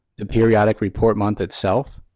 the periodic report month itself,